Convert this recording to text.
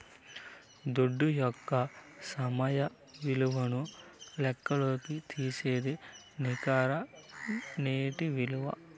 దుడ్డు యొక్క సమయ విలువను లెక్కల్లోకి తీసేదే నికర నేటి ఇలువ